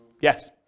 Yes